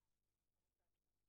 הן מעמותת לה"ב.